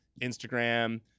Instagram